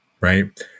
Right